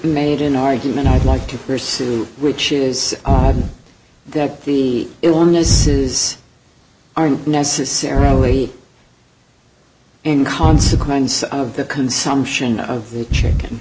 made an argument i'd like to pursue which is that the illness is aren't necessarily in consequence of the consumption of the chicken